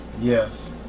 Yes